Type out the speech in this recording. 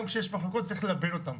גם כשיש מחלוקות צריך ללבן אותן,